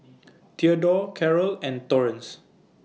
Thedore Carol and Torrence